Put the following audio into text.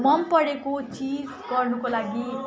मनपरेको चिज गर्नुको लागि